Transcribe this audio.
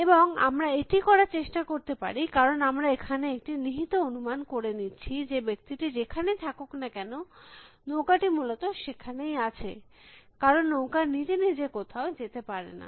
এবং আমরা এটি করার চেষ্টা করতে পারি কারণ আমরা এখানে একটি নিহিত অনুমান করে নিচ্ছি যে ব্যক্তি টি যেখানেই থাকুক না কেন নৌকাটি মূলত সেখানেই আছে কারণ নৌকা নিজে নিজে কোথাও যেতে পারে না